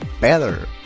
better